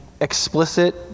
explicit